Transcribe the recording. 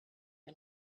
you